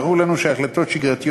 ברור לנו שהחלטות שגרתיות,